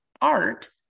art